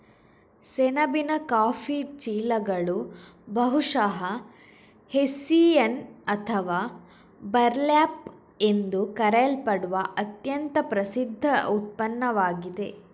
ಸೆಣಬಿನ ಕಾಫಿ ಚೀಲಗಳು ಬಹುಶಃ ಹೆಸ್ಸಿಯನ್ ಅಥವಾ ಬರ್ಲ್ಯಾಪ್ ಎಂದು ಕರೆಯಲ್ಪಡುವ ಅತ್ಯಂತ ಪ್ರಸಿದ್ಧ ಉತ್ಪನ್ನವಾಗಿದೆ